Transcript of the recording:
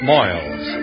Moyles